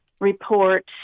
report